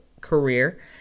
career